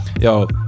yo